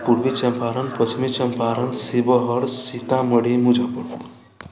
पूर्वी चम्पारण पश्चमी चम्पारण शिवहर सीतामढ़ी मुजफ़्फरपुर